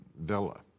Villa